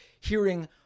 hearing